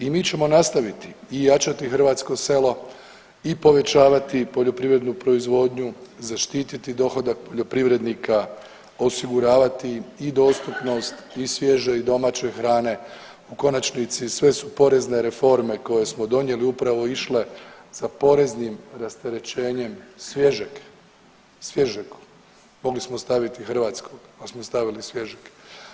I mi ćemo nastaviti i jačati hrvatsko selo i pojačavati poljoprivrednu proizvodnju, zaštiti dohodak poljoprivrednika, osiguravati i dostupnost i svježe i domaće hrane u konačnici sve su porezne reforme koje smo donijeli upravo išle sa poreznim rasterećenjem svježeg, svježeg mogli smo staviti hrvatskog ali smo stavili svježeg.